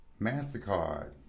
MasterCard